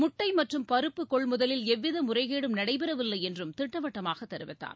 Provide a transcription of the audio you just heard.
முட்டை மற்றும் பருப்பு கொள்முதலில் எவ்வித முறைகேடும் நடைபெறவில்லை என்றும் திட்டவட்டமாக தெரிவித்தார்